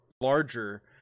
larger